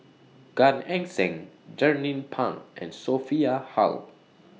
Gan Eng Seng Jernnine Pang and Sophia Hull